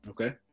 Okay